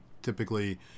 typically